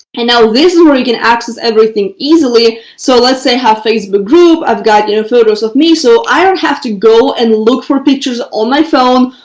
and now this is where you can access everything easily. so let's say how facebook group i've got, you know, photos of me, so i don't have to go and look for pictures on my phone,